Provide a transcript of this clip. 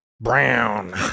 Brown